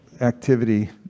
activity